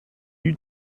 you